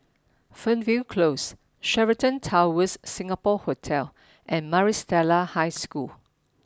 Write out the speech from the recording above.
Fernvale Close Sheraton Towers Singapore Hotel and Maris Stella High School